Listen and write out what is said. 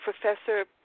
professor